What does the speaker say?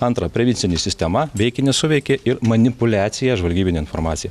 antra prevencinė sistema veikė nesuveikė ir manipuliacija žvalgybine informacija